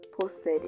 posted